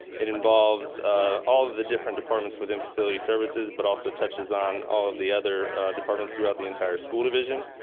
it involves all of the different departments within facility services, but also touches on all of the other departments throughout the entire school division.